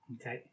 Okay